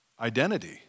identity